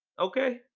Okay